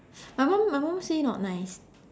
my mum my mum say not nice